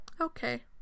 Okay